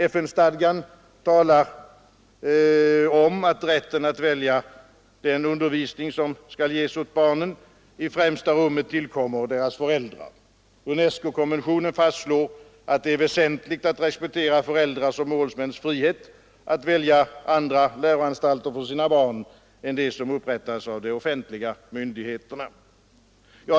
FN-stadgan talar om att rätten att välja den undervisning som skall ges åt barnen i främsta rummet tillkommer deras föräldrar. UNESCO-konventionen fastslår att det är väsentligt att respektera föräldrars och målsmäns frihet att välja andra läroanstalter för sina barn än de som upprättas av de offentliga myndigheterna.